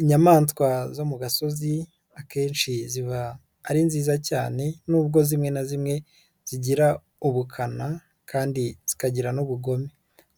Inyamaswa zo mu gasozi akenshi ziba ari nziza cyane nubwo zimwe na zimwe zigira ubukana kandi zikagira n'ubugome